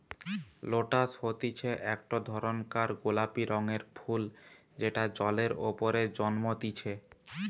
lotus হতিছে একটো ধরণকার গোলাপি রঙের ফুল যেটা জলের ওপরে জন্মতিচ্ছে